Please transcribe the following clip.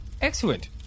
Excellent